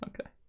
Okay